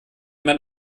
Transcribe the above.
mein